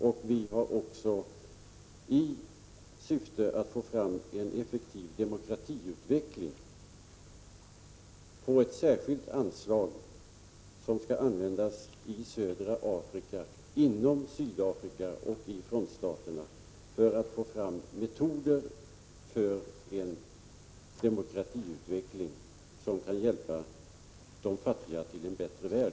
Vi har också föreslagit ett särskilt anslag som skall användas i södra Afrika, i Sydafrika och i frontstaterna, för att få fram metoder för en demokratisk utveckling som kan hjälpa de fattiga till en bättre värld.